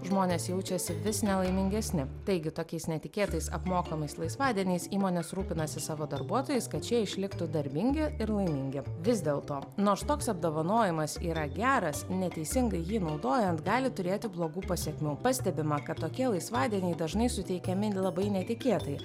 žmonės jaučiasi vis nelaimingesni taigi tokiais netikėtais apmokamais laisvadieniais įmonės rūpinasi savo darbuotojais kad šie išliktų darbingi ir laimingi vis dėl to nors toks apdovanojimas yra geras neteisingai jį naudojant gali turėti blogų pasekmių pastebima kad tokie laisvadieniai dažnai suteikiami labai netikėtai